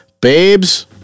babes